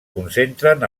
concentren